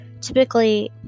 typically